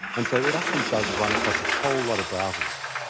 and so it actually does run across a whole lot of browsers.